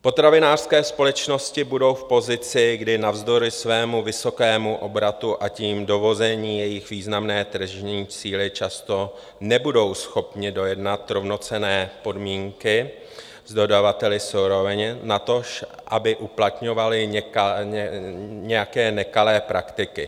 Potravinářské společnosti budou v pozici, kdy navzdory svému vysokému obratu, a tím dovození jejich významné tržní síly, často nebudou schopny dojednat rovnocenné podmínky s dodavateli surovin, natož aby uplatňovaly nějaké nekalé praktiky.